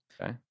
okay